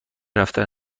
رفتن